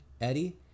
Eddie